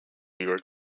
york